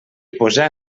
posà